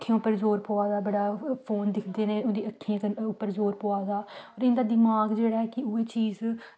अक्खियें पर जोर पवा दा बड़ा फोन दिक्खदे न उंदी अक्खियें उप्पर जोर पवा दा ऐ उंदा दमाग जेह्ड़ा ऐ की उऐ चीज़ दियां अक्खां